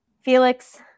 Felix